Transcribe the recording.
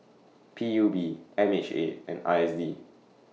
P U B M H A and I S D